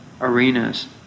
arenas